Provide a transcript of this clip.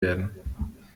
werden